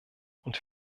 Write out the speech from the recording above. und